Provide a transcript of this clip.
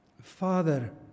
Father